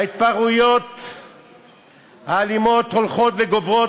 ההתפרעויות האלימות הולכות וגוברות,